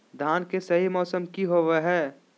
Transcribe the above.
धान के सही मौसम की होवय हैय?